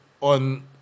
on